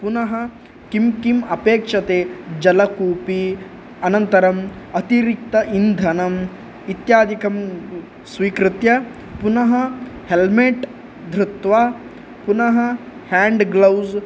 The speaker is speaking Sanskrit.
पुनः किं किम् अपेक्षते जलकूपी अनन्तरम् अतिरिक्त इन्धनम् इत्यादिकं स्वीकृत्य पुनः हेल्मेट् धृत्वा पुनः हेन्ड् ग्लौज़्